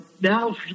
now